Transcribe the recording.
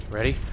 Ready